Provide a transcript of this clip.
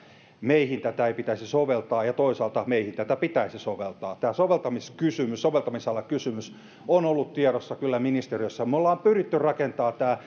meihin tätä ei pitäisi soveltaa ja toisaalta että meihin tätä pitäisi soveltaa tämä soveltamisalakysymys soveltamisalakysymys on ollut tiedossa kyllä ministeriössä me olemme pyrkineet rakentamaan